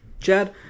Chad